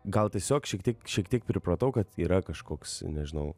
gal tiesiog šiek tiek šiek tiek pripratau kad yra kažkoks nežinau